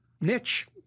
niche